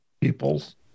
peoples